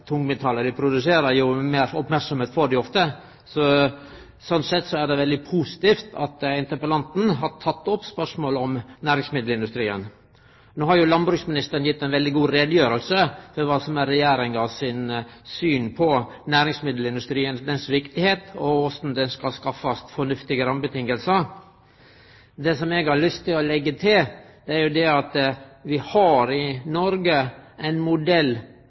dei produserer, jo meir merksemd får dei. Sånn sett er det veldig positivt at interpellanten har teke opp spørsmålet om næringsmiddelindustrien. No har jo landbruksministeren gitt ei veldig god utgreiing om kva som er Regjeringa sitt syn på næringsmiddelindustrien, kor viktig han er, og korleis det skal skaffast fornuftige rammevilkår. Det som eg har lyst til å leggje til, er at vi i Noreg har ein modell